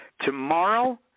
tomorrow